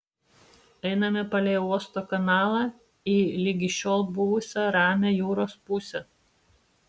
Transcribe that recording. einame palei uosto kanalą į ligi šiol buvusią ramią jūros pusę